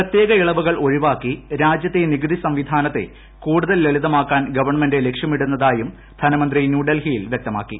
പ്രത്യേക ഇളവുകൾ ഒഴിവാക്കി രാജ്യത്തെ നികുതി സംവിധാനത്തെ കൂടുതൽ ലളിതമാക്കാൻ ഗവൺമെന്റ് ലക്ഷ്യമിടുന്നതായും ധനമന്ത്രി ന്യൂഡൽഹിയിൽ വ്യക്തമാക്കി